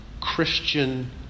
Christian